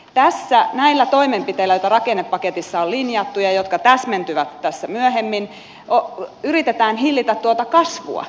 tässä näillä toimenpiteillä joita rakennepaketissa on linjattu ja jotka täsmentyvät tässä myöhemmin yritetään hillitä tuota kasvua